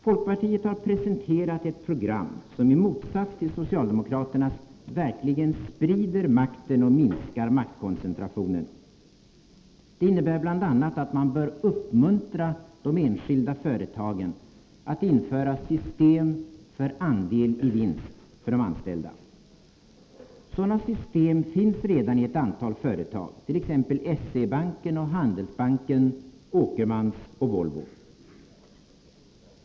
Folkpartiet har presenterat ett program som i motsats till socialdemokraternas verkligen sprider makten och minskar maktkoncentrationen. Det innebär bl.a. att man bör uppmuntra de enskilda företagen att införa andel-i-vinst-system för de anställda. Sådana system finns redan i ett antal företag, t.ex. SE-Banken och Handelsbanken, Åkermans och Volvo.